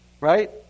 right